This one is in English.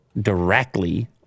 directly